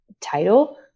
title